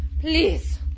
Please